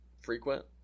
frequent